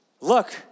Look